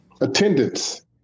attendance